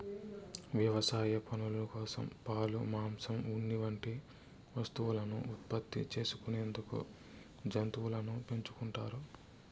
వ్యవసాయ పనుల కోసం, పాలు, మాంసం, ఉన్ని వంటి వస్తువులను ఉత్పత్తి చేసుకునేందుకు జంతువులను పెంచుకుంటారు